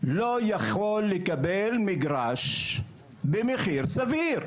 לא יכול לקבל מגרש במחיר סביר,